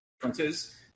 differences